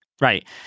Right